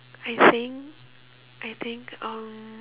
I saying I think um